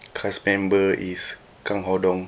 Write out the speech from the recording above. cast member is kang ho dong